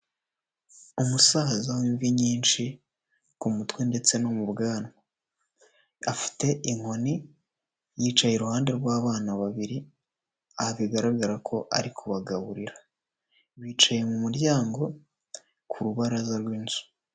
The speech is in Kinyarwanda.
Umusaza w'imivi nyinshi ku mutwe ndetse no mu bwanwa, afite inkoni, yicaye iruhande rw'abana babiri, aha bigaragara ko ari kubagaburira, bicaye mu muryango, ku rubaraza rw'inzu.